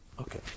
Okay